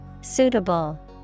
Suitable